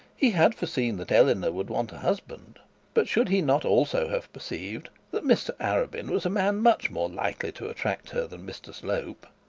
he had foreseen that eleanor would want a husband but should he not also have perceived that mr arabin was a man much more likely to attract her than mr slope?